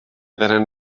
tenen